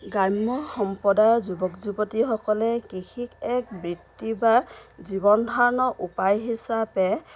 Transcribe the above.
গ্ৰাম্য় সম্প্ৰদায়ৰ যুৱক যুৱতীসকলে কৃষিক এক বৃত্তি বা জীৱন ধাৰণৰ উপায় হিচাপে